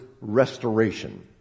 restoration